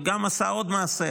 וגם עשה עוד מעשה.